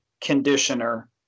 conditioner